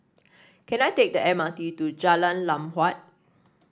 can I take the M R T to Jalan Lam Huat